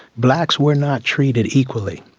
blacks were not treated equally.